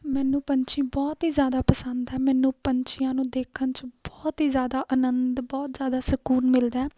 ਮੈਨੂੰ ਪੰਛੀ ਬਹੁਤ ਹੀ ਜ਼ਿਆਦਾ ਪਸੰਦ ਹੈ ਮੈਨੂੰ ਪੰਛੀਆਂ ਨੂੰ ਦੇਖਣ 'ਚ ਬਹੁਤ ਹੀ ਜ਼ਿਆਦਾ ਆਨੰਦ ਬਹੁਤ ਜ਼ਿਆਦਾ ਸਕੂਨ ਮਿਲਦਾ